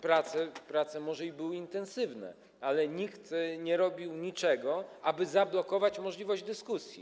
Prace może i były intensywne, ale nikt nie robił niczego, aby zablokować możliwość dyskusji.